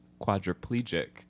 quadriplegic